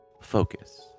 focus